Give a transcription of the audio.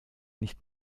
nicht